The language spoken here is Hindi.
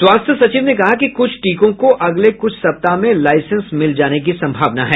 स्वास्थ्य सचिव ने कहा कि कुछ टीकों को अगले कुछ सप्ताह में लाइसेंस मिल जाने की संभावना है